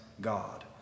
God